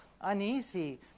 uneasy